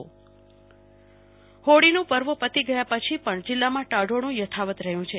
કલ્પના શાહ હવામાન હોળીનું પર્વ પતી ગયા પછી પણ જિલ્લામાં ટાઢોળું યથાવત રહયું છે